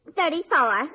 Thirty-four